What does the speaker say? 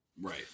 right